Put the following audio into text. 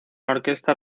orquestas